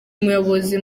umuyobozi